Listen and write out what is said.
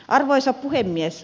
arvoisa puhemies